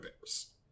bears